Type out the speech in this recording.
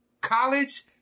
college